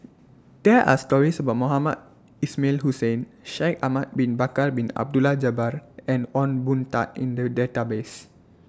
There Are stories about Mohamed Ismail Hussain Shaikh Ahmad Bin Bakar Bin Abdullah Jabbar and Ong Boon Tat in The Database